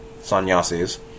sannyasis